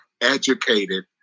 educated